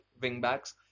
wing-backs